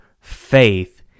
faith